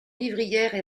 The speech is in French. vivrières